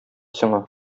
сиңа